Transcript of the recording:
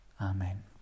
Amen